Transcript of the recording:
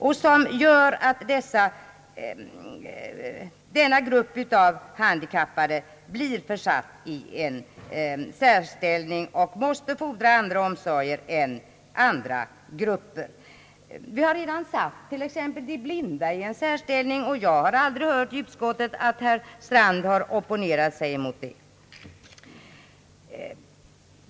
Detta gör att denna grupp av handikappade blir försatt i en särställning och måste fordra andra omsorger än som tillkommer andra grupper. Vi har redan satt exempelvis de blinda i en särställning, och jag har aldrig i utskottet hört att herr Strand har opponerat sig emot det.